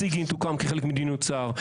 הסיגינט הוקם כחלק ממדיניות שר,